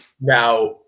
now